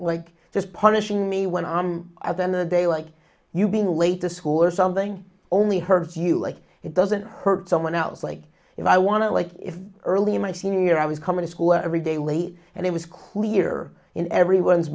like this punishing me when i'm at the end of the day like you being late to school or something only hurts you like it doesn't hurt someone else like if i want to like if early in my senior year i was coming to school every day late and it was clear in everyone's